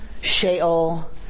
Sheol